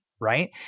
right